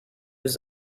was